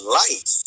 life